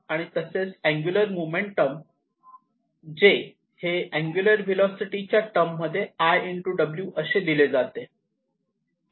आणि तसेच angular momentum J हे अँगुलर व्हेलॉसिटी च्या टर्ममध्ये I ω असे दिले जाते